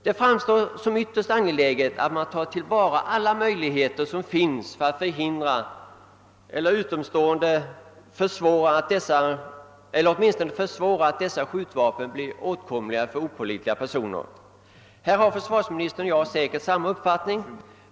Det framstår emellertid som ytterst angeläget att man tillvaratar alla möjligheter som finns för att förhindra eller åtminstone försvåra att dessa skjutvapen blir åtkomliga för opålitliga personer. Där har säkerligen försvarsministern och jag samma uppfattning.